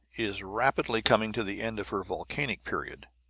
is rapidly coming to the end of her volcanic period.